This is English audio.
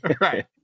Right